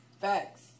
Facts